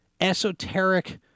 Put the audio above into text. esoteric